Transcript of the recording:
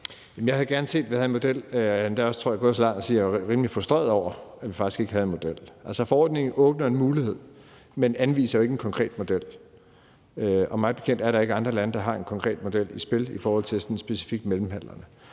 så langt som til at sige, at jeg faktisk var rimelig frustreret over, at vi ikke havde en model. Forordningen åbner for en mulighed, men anviser ikke en konkret model, og mig bekendt er der ikke andre lande, der har en konkret model i spil specifikt i forhold til mellemhandlerne.